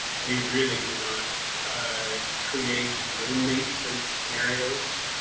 we really do not create roommate and scenarios.